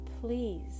please